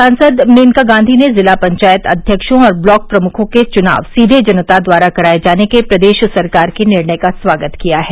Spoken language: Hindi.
सांसद मेनका गांधी ने जिला पंचायत अध्यक्षों और ब्लॉक प्रमुखों के चुनाव सीधे जनता द्वारा कराये जाने के प्रदेश सरकार के निर्णय का स्वागत किया है